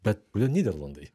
bet kodėl nyderlandai